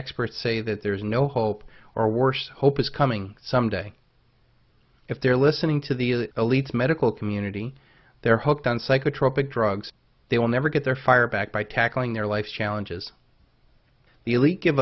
experts say that there is no hope or worse hope is coming someday if they're listening to the elites medical community they're hooked on psychotropic drugs they will never get their fire back by tackling their life's challenges the elite give